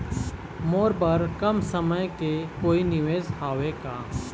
मोर बर कम समय के कोई निवेश हावे का?